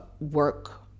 work